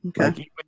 okay